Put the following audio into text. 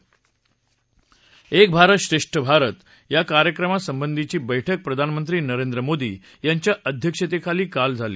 एक भारत श्रेष्ठ भारत या कार्यक्रमासंबंधीची बैठक प्रधानमंत्री नरेंद्र मोदी यांच्या अध्यक्षतेखाली काल झाली